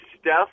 Steph